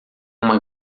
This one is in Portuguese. uma